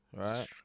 right